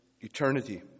eternity